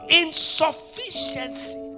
insufficiency